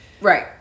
Right